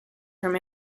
from